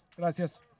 Gracias